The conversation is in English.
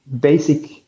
basic